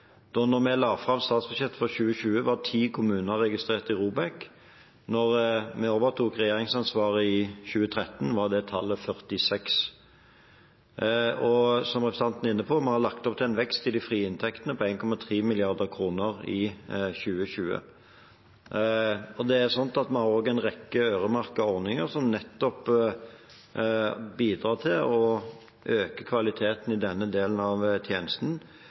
vi la fram statsbudsjettet for 2020, var 10 kommuner registrert i ROBEK. Da vi overtok regjeringsansvaret i 2013, var det tallet 46. Som representanten var inne på, har vi lagt opp til en vekst i de frie inntektene på 1,3 mrd. kr i 2020. Vi har en rekke øremerkede ordninger som nettopp bidrar til å øke kvaliteten i denne delen av tjenesten.